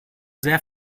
sehr